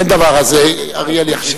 אין דבר, אז אריאל יחליף אותך.